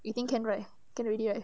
you think can right can already right